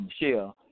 Michelle